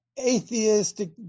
atheistic